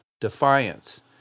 defiance